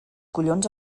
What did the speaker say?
collons